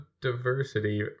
diversity